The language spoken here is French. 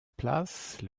place